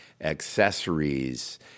accessories